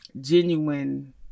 genuine